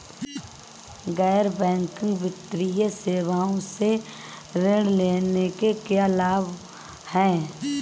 गैर बैंकिंग वित्तीय सेवाओं से ऋण लेने के क्या लाभ हैं?